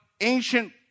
ancient